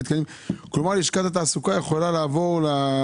מתנהל דיון המשך על הגברת האבטחה גם בקהילה וגם בקופות החולים.